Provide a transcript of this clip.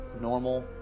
normal